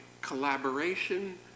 collaboration